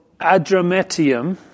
Adrametium